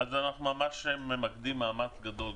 אנחנו ממקדים מאמץ גדול,